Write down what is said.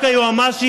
חלשים.